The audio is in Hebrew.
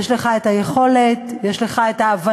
יש לך יכולת, יש לך הבנה,